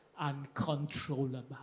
uncontrollable